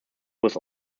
was